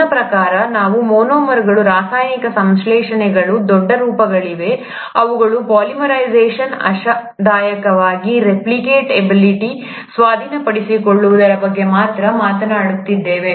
ನನ್ನ ಪ್ರಕಾರ ನಾವು ಮೊನೊಮರ್ಗಳ ರಾಸಾಯನಿಕ ಸಂಶ್ಲೇಷಣೆ ದೊಡ್ಡ ರೂಪಗಳಿಗೆ ಅವುಗಳ ಪಾಲಿಮರೈಝೇಷನ್ ಆಶಾದಾಯಕವಾಗಿ ರೆಪ್ಲಿಕೇಟಿವ್ ಅಬಿಲಿಟಿ ಸ್ವಾಧೀನಪಡಿಸಿಕೊಳ್ಳುವುದರ ಬಗ್ಗೆ ಮಾತ್ರ ಮಾತನಾಡುತ್ತಿದ್ದೇವೆ